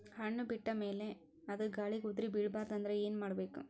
ಹಣ್ಣು ಬಿಟ್ಟ ಮೇಲೆ ಅದ ಗಾಳಿಗ ಉದರಿಬೀಳಬಾರದು ಅಂದ್ರ ಏನ ಮಾಡಬೇಕು?